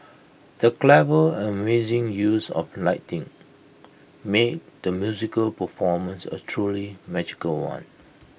the clever and amazing use of lighting made the musical performance A truly magical one